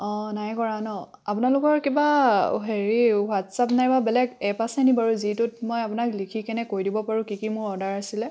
অঁ নাই কৰা ন আপোনালোকৰ কিবা হেৰি হোৱাটছাপ নাইবা বেলেগ এপ আছে নি বাৰু যিটোত মই আপোনাক লিখি কেনে কৈ দিব পাৰোঁ কি কি মোৰ অৰ্ডাৰ আছিলে